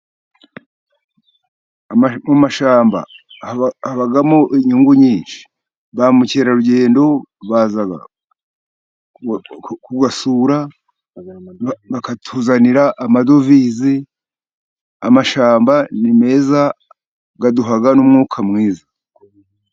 Mu mashyamba habamo inyungu nyinshi. Ba mukerarugendo baza kuyasura bakatuzanira amadovize, amashyamba ni meza, aduha n'umwuka mwiza.